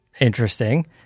interesting